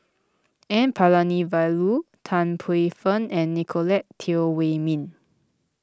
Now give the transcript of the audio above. N Palanivelu Tan Paey Fern and Nicolette Teo Wei Min